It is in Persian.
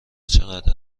چقدر